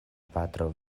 patro